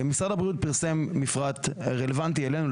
משרד הבריאות פרסם מפרט רלוונטי אלינו,